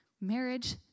marriage